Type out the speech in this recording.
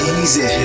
easy